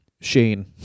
Shane